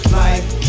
life